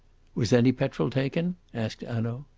was any petrol taken? asked hanaud.